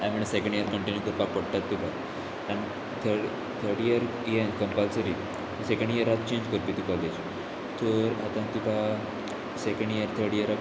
I म्हळ्ळे second year continue करपाक पडटात तुका आनी थड थर्ड इयर येयन कंपलसरी सेकेंड इयराक चेंज करपी तूं कॉलेज तर आतां तुका सेकेंड इयर थर्ड इयराक